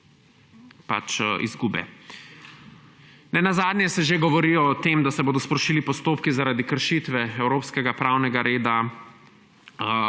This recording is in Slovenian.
izgube. Nenazadnje se že govori o tem, da se bodo sprožili postopki zaradi kršitve evropskega pravnega reda.